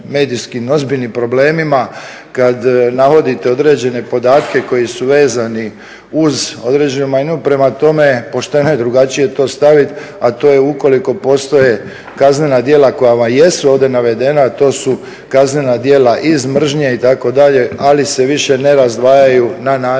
ozbiljnim problemima kad navodite određene podatke koji su vezani uz određenu manjinu prema tome pošteno i drugačije to staviti, a to je ukoliko postoje kaznena djela koja vam jesu ovdje navedena, a to su kaznena djela iz mržnje itd., ali se više ne razdvajaju na način